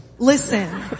Listen